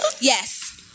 Yes